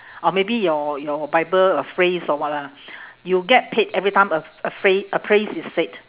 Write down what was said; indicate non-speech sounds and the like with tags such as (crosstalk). or maybe your your bible a phrase or what lah you get paid every time a (noise) a phrase a phrase is said